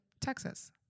Texas